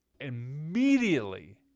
immediately